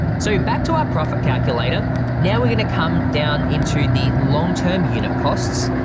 so back to our profit calculator now we're gonna come down into the long-term unit costs,